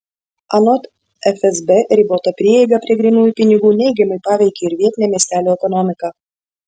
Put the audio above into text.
anot fsb ribota prieiga prie grynųjų pinigų neigiamai paveikia ir vietinę miestelių ekonomiką